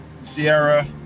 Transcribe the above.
Sierra